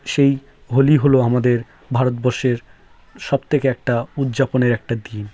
সেই হোলি হলো আমাদের ভারতবর্ষের সব থেকে একটা উজ্জাপনের একটা দিন